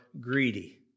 greedy